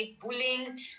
bullying